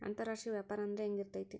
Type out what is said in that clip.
ಅಂತರಾಷ್ಟ್ರೇಯ ವ್ಯಾಪಾರ ಅಂದ್ರೆ ಹೆಂಗಿರ್ತೈತಿ?